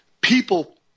people